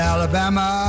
Alabama